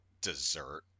dessert